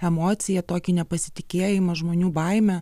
emociją tokį nepasitikėjimą žmonių baimę